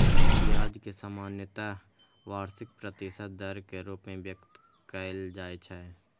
ब्याज कें सामान्यतः वार्षिक प्रतिशत दर के रूप मे व्यक्त कैल जाइ छै